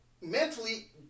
mentally